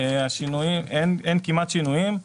אין כמעט שינויים,